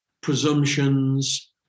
presumptions